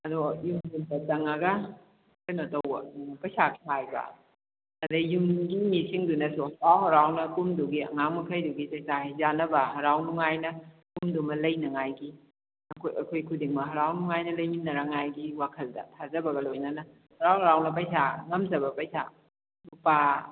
ꯑꯗꯣ ꯌꯨꯝ ꯌꯨꯝꯗ ꯆꯪꯉꯒ ꯀꯩꯅꯣ ꯇꯧꯕ ꯄꯩꯁꯥ ꯈꯥꯏꯕ ꯑꯗꯩ ꯌꯨꯝꯒꯤ ꯃꯤꯁꯤꯡꯗꯨꯅꯁꯨ ꯍꯔꯥꯎ ꯍꯔꯥꯎꯟ ꯀꯨꯝꯗꯨꯒꯤ ꯑꯉꯥꯡ ꯃꯈꯩꯗꯨꯒꯤ ꯆꯥꯛꯆꯥ ꯍꯩꯖꯥꯅꯕ ꯍꯔꯥꯎ ꯅꯨꯉꯥꯏꯅ ꯀꯨꯝꯗꯨꯃ ꯂꯩꯅꯉꯥꯏꯒꯤ ꯑꯩꯈꯣꯏ ꯑꯩꯈꯣꯏ ꯈꯨꯗꯤꯡꯃꯛ ꯍꯔꯥꯎ ꯅꯨꯡꯉꯥꯏꯅ ꯂꯩꯃꯤꯟꯅꯔꯉꯥꯏꯒꯤ ꯋꯥꯈꯜꯗ ꯊꯥꯖꯕꯒ ꯂꯣꯏꯅꯅ ꯍꯔꯥꯎ ꯍꯔꯥꯎꯅ ꯄꯩꯁꯥ ꯉꯝꯖꯕ ꯄꯩꯁꯥ ꯂꯨꯄꯥ